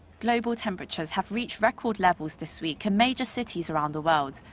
global temperatures have reached record levels this week in major cities around the world,